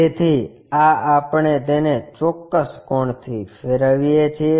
તેથી આ આપણે તેને ચોક્કસ કોણથી ફેરવીએ છીએ